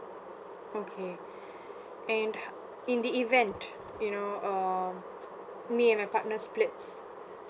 okay and uh in the event you know uh me and my partner splits